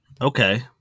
Okay